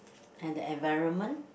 and the environment